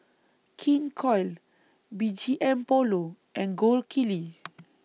King Koil B G M Polo and Gold Kili